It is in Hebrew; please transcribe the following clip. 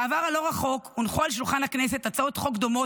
בעבר הלא-רחוק הונחו על שולחן הכנסת הצעות חוק דומות